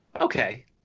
Okay